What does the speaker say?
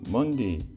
Monday